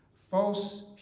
false